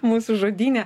mūsų žodyne